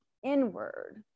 inward